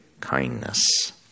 kindness